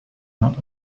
not